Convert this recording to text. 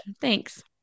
Thanks